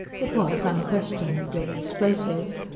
it was unquestionably explosive,